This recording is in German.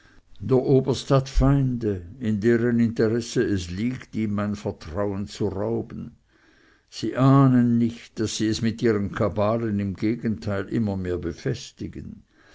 der oberst hat feinde in deren interesse es liegt ihm mein vertrauen zu rauben sie ahnen nicht daß sie es mit ihren kabalen im gegenteil immer mehr befestigen